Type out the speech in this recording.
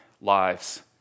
lives